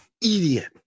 Idiot